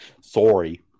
Sorry